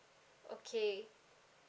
okay